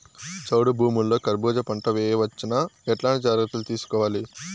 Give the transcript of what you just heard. చౌడు భూముల్లో కర్బూజ పంట వేయవచ్చు నా? ఎట్లాంటి జాగ్రత్తలు తీసుకోవాలి?